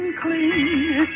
clean